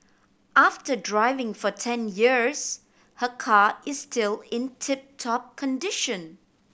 after driving for ten years her car is still in tip top condition